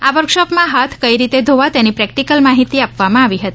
આ વર્કશોપમાં હાથ કઇ રીતે ધોવા તેની પ્રેકટીકલ માહિતી આપવામાં આવી હતી